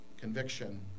conviction